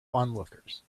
onlookers